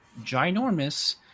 ginormous